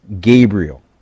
Gabriel